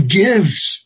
gives